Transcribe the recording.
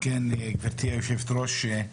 גברתי היושבת-ראש,